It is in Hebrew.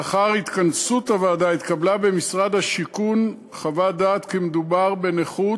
לאחר התכנסות הוועדה התקבלה במשרד השיכון חוות דעת כי מדובר בנכות,